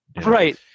Right